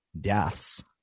deaths